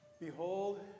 Behold